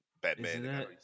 Batman